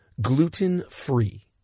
gluten-free